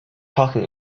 talking